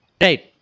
right